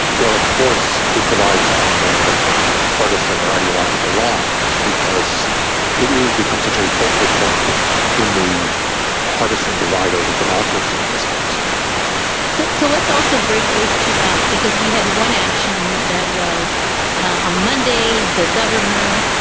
well, of course, it divides on the on the partisan or ideological lines because it it has become such a focal point in the partisan divide over democracy in wisconsin so so let's also break those two out, because we had one action that was on monday, monday, the governor,